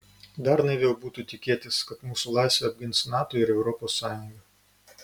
dar naiviau būtų tikėtis kad mūsų laisvę apgins nato ir europos sąjunga